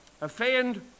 offend